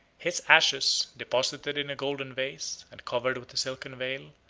his ashes, deposited in a golden vase, and covered with a silken veil,